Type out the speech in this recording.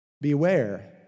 Beware